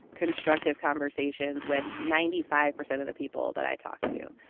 constructive conversations with ninety five percent of the people that i talk to.